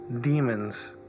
Demons